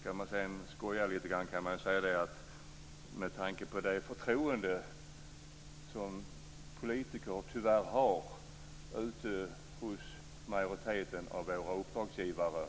Ska man sedan skoja lite kan man säga att med tanke på det förtroende som politiker tyvärr har ute hos majoriteten av våra uppdragsgivare